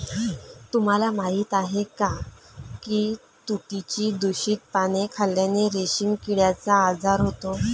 तुम्हाला माहीत आहे का की तुतीची दूषित पाने खाल्ल्याने रेशीम किड्याचा आजार होतो